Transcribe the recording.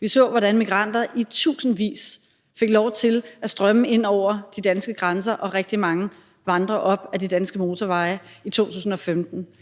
Vi så, hvordan migranter i tusindvis fik lov til at strømme ind over de danske grænser, og at rigtig mange vandrede op ad de danske motorveje i 2015, og